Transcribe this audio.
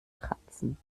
kratzen